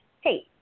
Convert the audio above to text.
hey